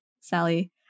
Sally